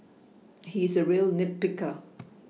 he is a real nit picker